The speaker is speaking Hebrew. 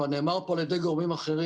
כבר נאמר פה על ידי גורמים אחרים